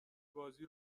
بازی